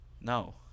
No